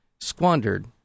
squandered